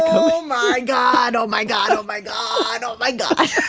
oh, my god! oh, my god! oh, my god! oh, my god!